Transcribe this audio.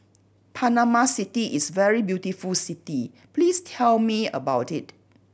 Panama City is a very beautiful city please tell me about it